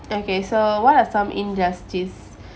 okay so what are some injustice